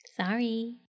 Sorry